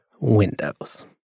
Windows